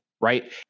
right